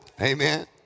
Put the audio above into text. Amen